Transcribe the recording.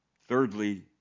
Thirdly